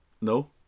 no